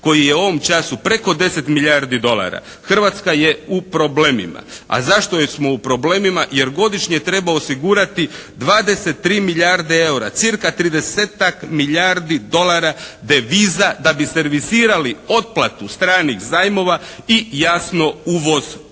koji je u ovom času preko 10 milijardi dolara Hrvatska je u problemima. A zašto smo u problemima, jer godišnje treba osigurati 23 milijarde eura, cca. 30-ak milijardi dolara deviza da bi servisirali otplatu stranih zajmova i jasno uvoz robe.